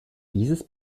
dieses